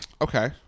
Okay